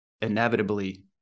inevitably